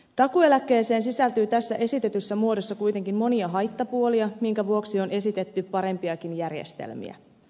takuueläkkeeseen sisältyy tässä esitetyssä muodossa kuitenkin monia haittapuolia minkä vuoksi on esitetty parempiakin järjestelmiä